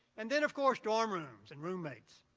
and then of course, dorm rooms and roommates,